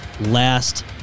last